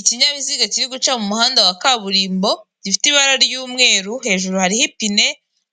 Ikinyabiziga kiri guca mu muhanda wa kaburimbo gifite ibara ry'umweru hejuru hariho ipine